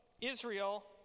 Israel